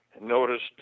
noticed